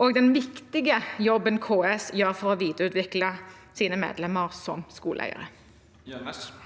og den viktige jobben KS gjør for å videreutvikle sine medlemmer som skoleeiere. Kari-Anne Jønnes (H)